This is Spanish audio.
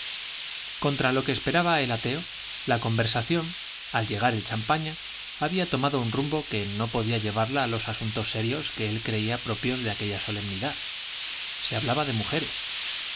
contra lo que esperaba el ateo la conversación al llegar el champaña había tomado un rumbo que no podía llevarla a los asuntos serios que él creía propios de aquella solemnidad se hablaba de mujeres